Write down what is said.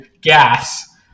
gas